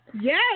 Yes